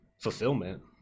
fulfillment